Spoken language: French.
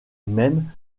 même